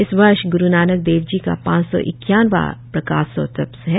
इस वर्ष ग्रु नानक देव जी का पांच सौ इक्यावनवां प्रकाशोत्सव है